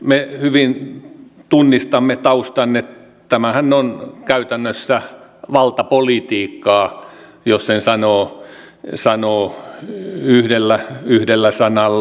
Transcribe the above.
me hyvin tunnistamme taustan että tämähän on käytännössä valtapolitiikkaa jos sen sanoo yhdellä sanalla